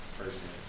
person